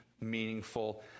meaningful